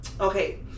okay